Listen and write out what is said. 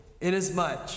inasmuch